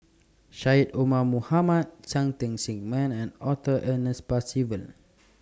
Syed Omar Mohamed Cheng Tsang Man and Arthur Ernest Percival